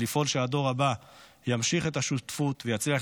ולפעול לכך שהדור הבא ימשיך את השותפות ויצליח